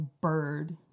bird